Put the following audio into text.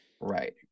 Right